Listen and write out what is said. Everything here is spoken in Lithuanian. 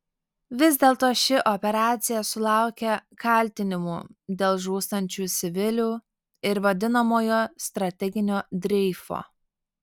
vis dėlto ši operacija sulaukia kaltinimų dėl žūstančių civilių ir vadinamojo strateginio dreifo